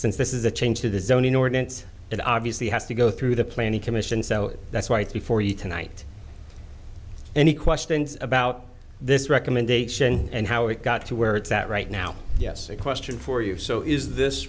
since this is a change to the zoning ordinance that obviously has to go through the planning commission so that's why it's before you tonight any questions about this recommendation and how it got to where it's at right now yes a question for you so is this